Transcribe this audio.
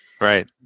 right